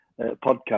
podcast